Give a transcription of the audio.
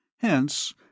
Hence